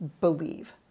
believe